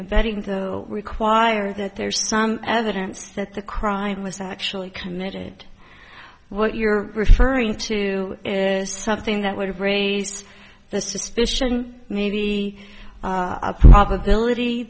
abetting to require that there's some evidence that the crime was actually committed what you're referring to is something that would have raised the suspicion maybe a probability